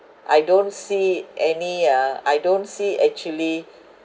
I don't see any uh I don't see actually